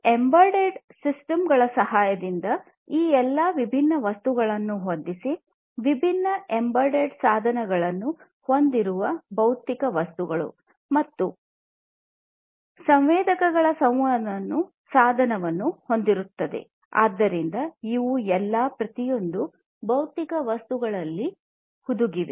ಈ ಎಂಬೆಡೆಡ್ ಸಿಸ್ಟಮ್ಗಳ ಸಹಾಯದಿಂದ ಈ ಎಲ್ಲಾ ವಿಭಿನ್ನ ವಸ್ತುಗಳನ್ನು ಹೊಂದಿಸಿ ವಿಭಿನ್ನ ಎಂಬೆಡೆಡ್ ಸಾಧನಗಳನ್ನು ಹೊಂದಿರುವ ಭೌತಿಕ ವಸ್ತುಗಳು ಮತ್ತೆ ಸಂವೇದಕಗಳ ಸಂವಹನ ಸಾಧನವನ್ನು ಹೊಂದಿರುತ್ತದೆ ಆದ್ದರಿಂದ ಇವು ಎಲ್ಲಾ ಪ್ರತಿಯೊಂದು ಭೌತಿಕ ವಸ್ತುವಿನಲ್ಲಿ ಹುದುಗಿದೆ